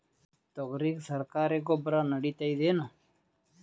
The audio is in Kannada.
ತೊಗರಿಗ ಸರಕಾರಿ ಗೊಬ್ಬರ ನಡಿತೈದೇನು?